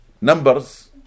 numbers